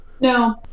No